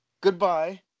goodbye